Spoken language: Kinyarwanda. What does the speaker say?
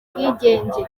ubwigenge